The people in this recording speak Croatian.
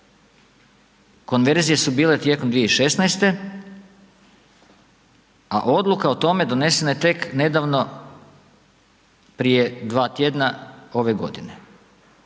Konverzacije su bile tijekom 2016., a odluka o tome donesena je tek nedavno prije 2 tjedna ove godine.